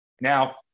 Now